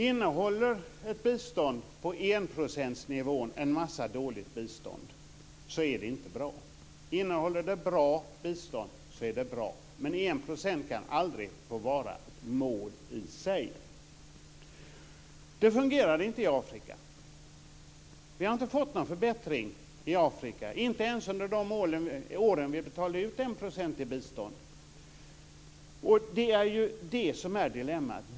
Innehåller ett bistånd på enprocentsnivån en massa dåligt bistånd så är det inte bra. Innehåller det bra bistånd så är det bra. Men 1 % kan aldrig få vara ett mål i sig. Det fungerade inte i Afrika. Vi har inte fått någon förbättring där, inte ens under de år som vi betalade ut 1 % i bistånd. Det är detta som är dilemmat.